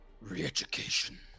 re-education